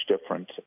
different